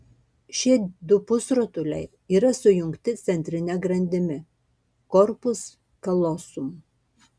šie du pusrutuliai yra sujungti centrine grandimi korpus kalosum